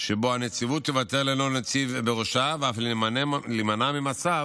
שבו הנציבות תיוותר ללא נציב בראשה ואף להימנע ממצב